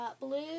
blue